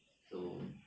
so